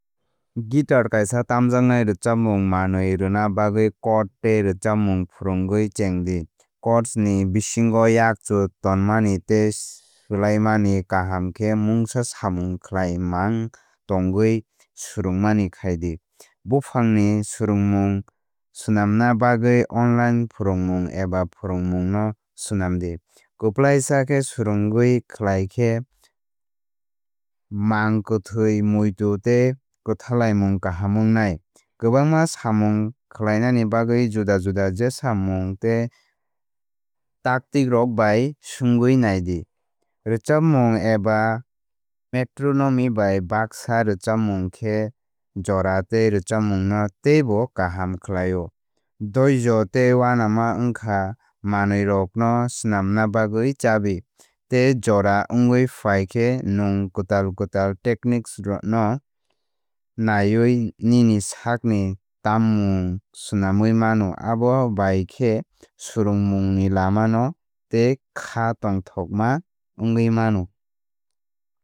Guitar kaisa tamjaknai rwchapmung manwi rwna bagwi chord tei rwchapmung phwrwngwi chengdi. Chords ni bisingo yakchu tonmani tei swlaimani kaham khe mungsa samung khlaimang tongwi swrwngmani khaidi. Buphangni swrwngmung swnamna bagwi online phwrwngmung eba phwrwngmungno swnamdi. Kwplaisa khe swrungui khlai khe mangkwthwi muitu tei kwthalaimung kaham wngnai. Kwbangma samung khlai nani bagwui juda juda jesa mung tei taktikrok bai swngwi nai di. Rwchapmung eba metronome bai baksa rwchapmung khe jora tei rwchapmungno teibo kaham khlaio. Doijo tei uanama wngkha manwirok no swnamna bagwi chabi. Tei jora wngwi phai khe nwng kwtal kwtal techniques no naiwi nini sakni tammung swnamwi mano. Abo bai khe swrwngmungni lama no tei khá tongthokma wngwi mano.